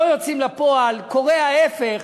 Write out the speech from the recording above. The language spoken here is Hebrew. לא יוצאים לפועל, וקורה ההפך.